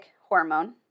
hormone